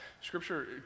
Scripture